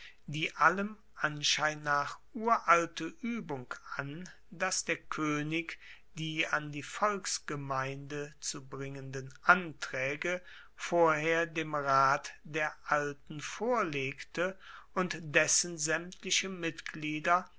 die allem anschein nach uralte uebung an dass der koenig die an die volksgemeinde zu bringenden antraege vorher dem rat der alten vorlegte und dessen saemtliche mitglieder